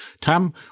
Tom